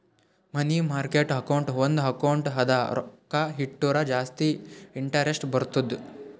ಮನಿ market account ಒಂದ್ account ಅದ ರೊಕ್ಕಾ ಇಟ್ಟುರ ಜಾಸ್ತಿ ಇಂಟರೆಸ್ಟ್ ಬರ್ತುದ್